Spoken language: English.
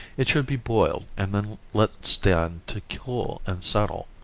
it should be boiled and then let stand to cool and settle.